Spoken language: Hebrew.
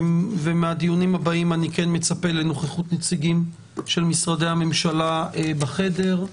מהדיונים הבאים אני כן מצפה לנוכחות נציגים של משרדי הממשלה בחדר.